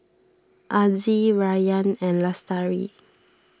Aziz Rayyan and Lestari